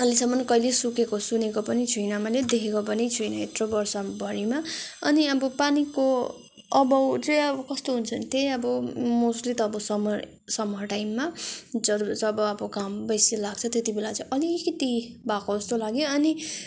अहिलेसम्म कहिल्यै सुकेको सुनेको पनि छुइनँ मैले देखेको पनि छुइनँ यत्रो वर्षभरिमा अनि अब पानीको अभाव चाहिँ अब कस्तो हुन्छ भने त्यही अब मोस्टली त अब समर समर टाइममा जब जब अब घाम बेसी लाग्छ त्यति बेला चाहिँ अलिकति भएको जस्तो लाग्यो अनि